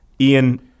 Ian